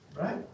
right